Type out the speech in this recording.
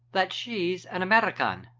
that she's an american.